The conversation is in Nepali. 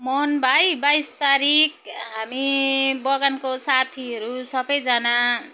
मोहन भाइ बाइस तारिक हामी बगानको साथीहरू सबैजना